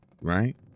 right